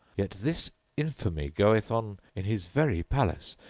yet this infamy goeth on in his very palace,